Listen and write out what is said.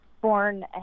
born